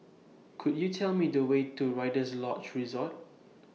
Could YOU Tell Me The Way to Rider's Lodge Resort